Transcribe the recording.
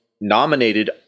nominated